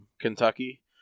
kentucky